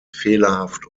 fehlerhaft